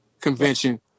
Convention